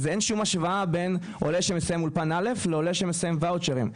הוא שאין שום השוואה בין עולה שמסיים אולפן א' לעולה שמסיים ואוצ'רים.